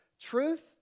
truth